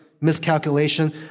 miscalculation